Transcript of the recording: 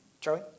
Joey